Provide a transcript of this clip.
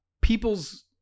People's